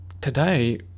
Today